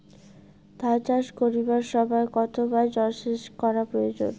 ধান চাষ করিবার সময় কতবার জলসেচ করা প্রয়োজন?